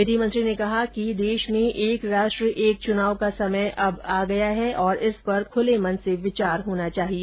विधि मंत्री ने कहा कि देश में एक राष्ट्र एक चुनाव का समय अब आ गया है और इस पर अब खुले मन से विचार होना चाहिए